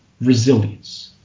resilience